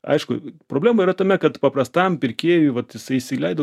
aišku problema yra tame kad paprastam pirkėjui vat jisai įsileido